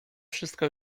wszystko